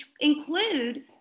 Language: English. include